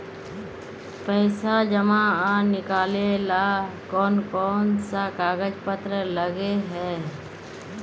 पैसा जमा आर निकाले ला कोन कोन सा कागज पत्र लगे है?